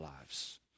lives